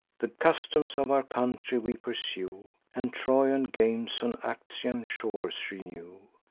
the customs of our country we pursue, and trojan games on actian shores renew.